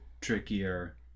trickier